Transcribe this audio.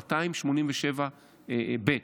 287(ב),